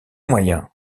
moyens